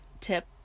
tip